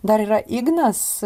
dar yra ignas